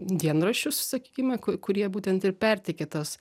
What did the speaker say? dienraščius sakykime ku kurie būtent ir perteikė tas